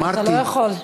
אתה לא יכול.